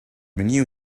menu